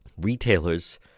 Retailers